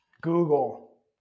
Google